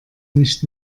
nicht